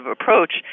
approach